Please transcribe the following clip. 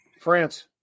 France